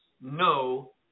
no